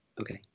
Okay